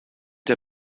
der